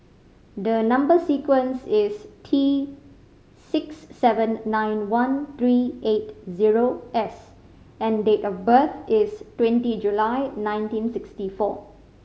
the number sequence is T six seven nine one three eight zero S and date of birth is twenty July nineteen sixty four